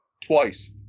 twice